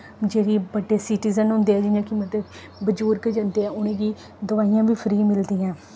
जेह्ड़े बड्डे सिटिजन होंदे ऐं जि'यां कि मतलब बजुर्ग जंदे ऐ उ'नें गी दोआयां बी फ्री मिलदियां